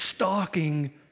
stalking